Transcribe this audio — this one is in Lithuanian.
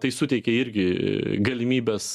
tai suteikia irgi galimybes